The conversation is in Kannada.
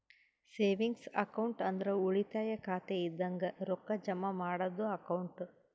ಸೆವಿಂಗ್ಸ್ ಅಕೌಂಟ್ ಅಂದ್ರ ಉಳಿತಾಯ ಖಾತೆ ಇದಂಗ ರೊಕ್ಕಾ ಜಮಾ ಮಾಡದ್ದು ಅಕೌಂಟ್